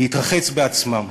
להתרחץ בעצמם.